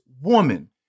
woman